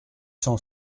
cent